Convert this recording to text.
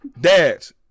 Dads